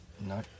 No